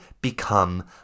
become